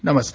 नमस्कार